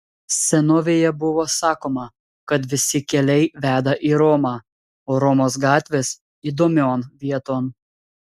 senovėje buvo sakoma kad visi keliai veda į romą o romos gatvės įdomion vieton